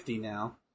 now